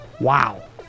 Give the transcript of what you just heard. Wow